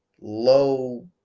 low-